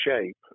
shape